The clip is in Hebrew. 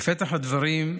בפתח הדברים,